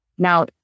Now